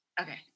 Okay